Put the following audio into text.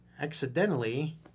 accidentally